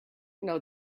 know